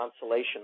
consolation